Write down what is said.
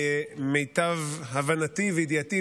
למיטב הבנתי וידיעתי,